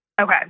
okay